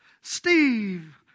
Steve